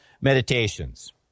meditations